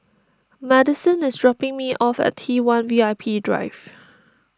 Madisen is dropping me off at T one V I P Drive